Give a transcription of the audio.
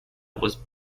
was